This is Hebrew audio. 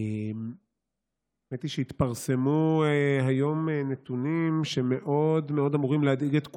האמת היא שהתפרסמו היום נתונים שאמורים מאוד מאוד להדאיג את כולנו.